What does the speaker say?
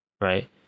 Right